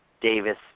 Davis